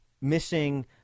missing